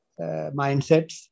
mindsets